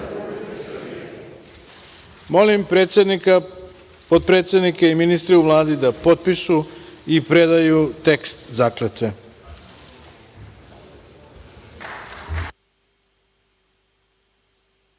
predsednika, potpredsednike i ministre u Vladi da potpišu i predaju tekst zakletve. Dame